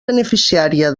beneficiària